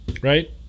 Right